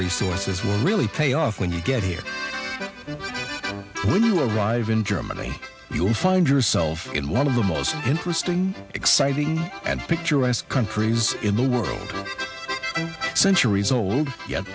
resources will really pay off when you get here when you arrive in germany you'll find yourself in one of the most interesting exciting and picturesque countries in the world centuries old yet